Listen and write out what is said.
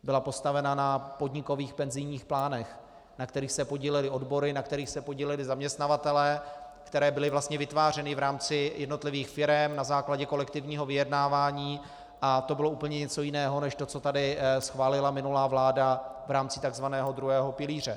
Byla postavena na podnikových penzijních plánech, na kterých se podílely odbory, na kterých se podíleli zaměstnavatelé, které byly vlastně vytvářeny v rámci jednotlivých firem na základě kolektivního vyjednávání, a to bylo úplně něco jiného, než co tady schválila minulá vláda v rámci takzvaného druhého pilíře.